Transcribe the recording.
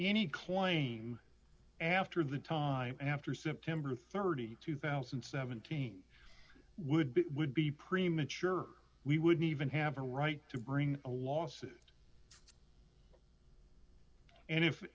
any claim after the time after september th two thousand and seventeen would be would be premature we wouldn't even have a right to bring a lawsuit and if